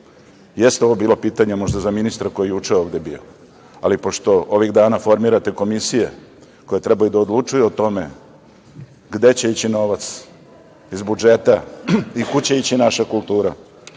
ovo bilo pitanje možda za ministra koji je juče ovde bio, ali pošto ovih dana formirate komisije koje treba da odlučuju o tome gde će ići novac iz budžeta i kud će ići naša kultura,